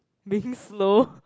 being slow